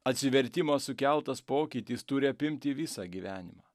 atsivertimo sukeltas pokytis turi apimti visą gyvenimą